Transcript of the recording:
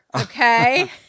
Okay